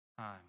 time